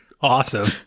awesome